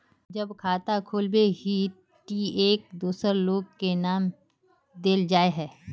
जब खाता खोलबे ही टी एक दोसर लोग के नाम की देल जाए है?